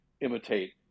imitate